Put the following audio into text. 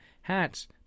hats